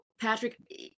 Patrick